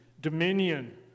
dominion